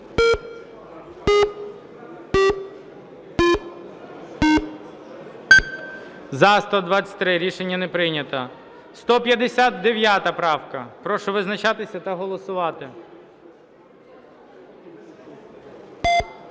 За-123 Рішення не прийнято. 159 правка. Прошу визначатися та голосувати.